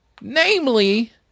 namely